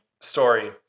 story